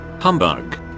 Humbug